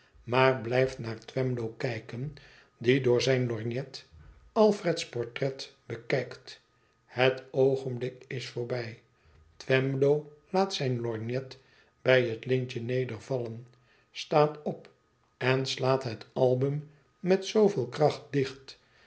maar blijft naar twemlow kijken die door zijn lorgnet alfred s portret bekijkt het oogenblik is voorbij twemlow laat zijn lorgnet bij het lintje nedervallen staat op en slaat het album met zooveel kracht dicht